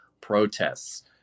protests